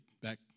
back